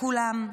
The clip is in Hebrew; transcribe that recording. כולם.